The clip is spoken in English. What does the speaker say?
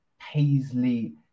Paisley